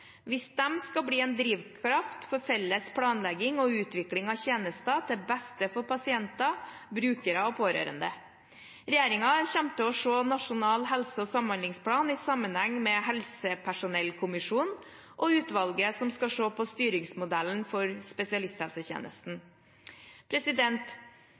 hvis de skal bli en drivkraft for felles planlegging og utvikling av tjenester til det beste for pasienter, brukere og pårørende. Regjeringen kommer til å se Nasjonal helse- og samhandlingsplan i sammenheng med helsepersonellkommisjonen og utvalget som skal se på styringsmodellen for spesialisthelsetjenesten.